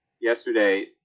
yesterday